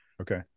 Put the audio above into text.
Okay